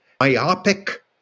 myopic